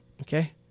okay